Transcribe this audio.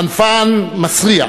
חנפן מסריח,